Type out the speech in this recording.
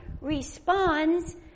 responds